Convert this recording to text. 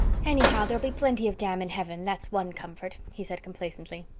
anyhow, there'll be plenty of jam in heaven, that's one comfort, he said complacently.